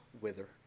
wither